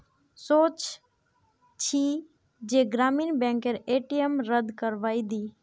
सोच छि जे ग्रामीण बैंकेर ए.टी.एम रद्द करवइ दी